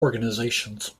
organizations